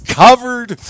covered